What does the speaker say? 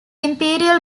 imperial